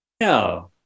No